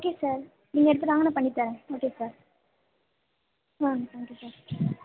okay sir நீங்கள் எடுத்துகிட்டு வாங்க நான் பண்ணி தரேன் ஓகே சார் ஆ தேங்க்யூ சார்